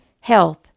health